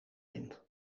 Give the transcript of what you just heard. wind